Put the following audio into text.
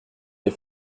les